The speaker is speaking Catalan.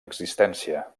existència